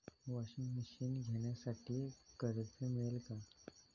Washing machine घेण्यासाठी कर्ज मिळेल का?